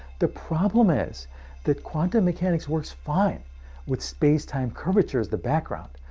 the problem is that quantum mechanics works fine with space time curvature as the background.